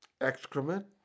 excrement